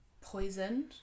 poisoned